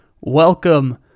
Welcome